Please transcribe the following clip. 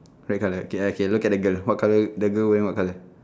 red colour okay okay look at the girl what colour the girl wearing what colour